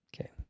Okay